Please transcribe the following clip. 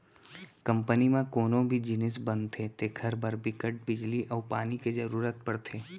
company म कोनो भी जिनिस बनथे तेखर बर बिकट बिजली अउ पानी के जरूरत परथे